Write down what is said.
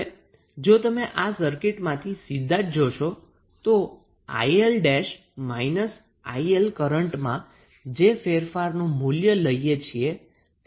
હવે જો તમે આ સર્કિટમાંથી સીધા જ જોશો તો 𝐼𝐿′ −𝐼𝐿 કરન્ટમાં જે ફેરફારનું મૂલ્ય લઈએ છીએ તે આપણને શું મળશે